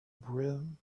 brim